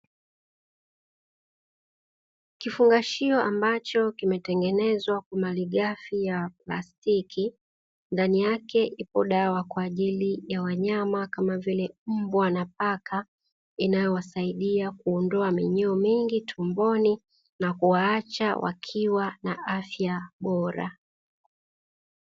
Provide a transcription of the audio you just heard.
Kifungashio ambacho kimetengenezwa kwa malighafi ya plastiki ndani yake ipo dawa kwa ajili ya wanyama kama vile: mbwa na paka inayowasaidia kuondoa minyoo mingi tumboni na kuwaacha wakiwa na afya bora.